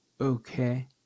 Okay